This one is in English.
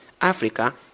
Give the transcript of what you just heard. Africa